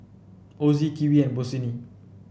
Ozi Kiwi and Bossini